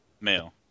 Male